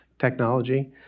technology